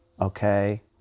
okay